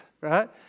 right